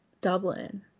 Dublin